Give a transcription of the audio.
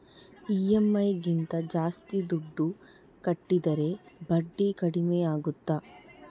EMI ಗಿಂತ ಜಾಸ್ತಿ ದುಡ್ಡು ಕಟ್ಟಿದರೆ ಬಡ್ಡಿ ಕಡಿಮೆ ಆಗುತ್ತಾ?